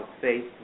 faith